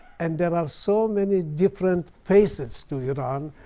and there are so many different faces to iran.